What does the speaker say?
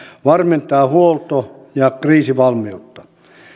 varmentaa huolto ja kriisivalmiutta